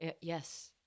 Yes